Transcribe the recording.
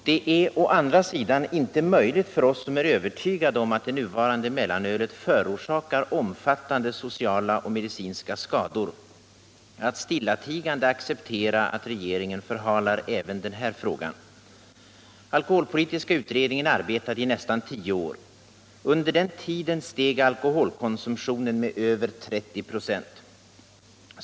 Det är — å andra sidan — inte möjligt för oss som är övertygade om att det nuvarande mellanölet förorsakar omfattande sociala och medicinska skador att stillatigande acceptera att regeringen förhalar även denna fråga. Alkoholpolitiska utredningen arbetade i nästan tio år. Under den tiden steg alkoholkonsumtionen med över 30 96.